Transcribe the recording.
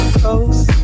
close